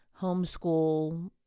homeschool